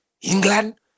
England